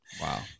Wow